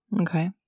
Okay